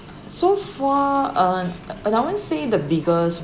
so far on a~ and I won't say the biggest